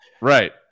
right